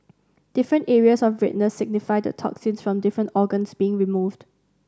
different areas of redness signify the toxins from different organs being removed